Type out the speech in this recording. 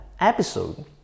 episode